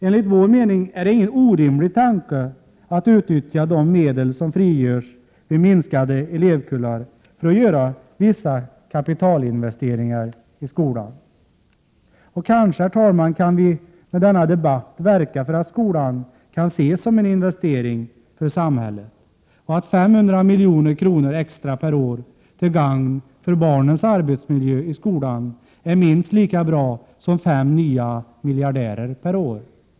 Enligt vår mening är det ingen orimlig tanke att utnyttja de medel som frigörs vid minskade elevkullar för att göra vissa kapitalinvesteringar i skolan. Herr talman! Kanske vi också med denna debatt kan verka för att skolan ses som en investering för samhället och att 500 milj.kr. extra per år till gagn för barnens arbetsmiljö i skolan är minst lika bra som fem nya miljardärer per år.